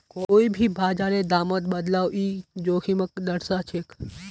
कोई भी बाजारेर दामत बदलाव ई जोखिमक दर्शाछेक